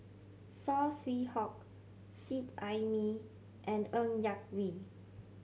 Saw Swee Hock Seet Ai Mee and Ng Yak Whee